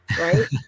Right